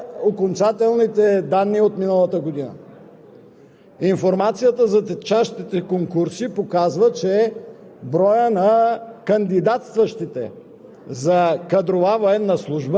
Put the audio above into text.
Информацията, която е публична днес – за течащите конкурси през тази 2020 г., затвърждава окончателните данни от миналата година.